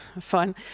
fun